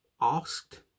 asked